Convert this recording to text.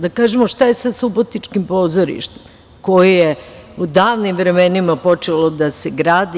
Da kažemo šta je sa subotičkim pozorištem, koje je u davnim vremenima počelo da se gradi.